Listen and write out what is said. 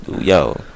yo